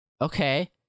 okay